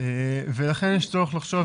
ולכן יש צורך לחשוב